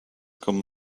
come